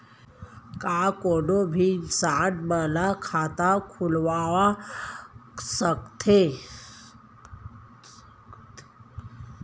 का कोनो भी इंसान मन ला खाता खुलवा सकथे?